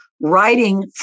writing